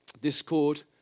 discord